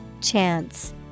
Chance